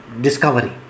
discovery